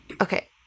Okay